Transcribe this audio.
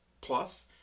plus